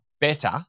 better